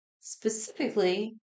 specifically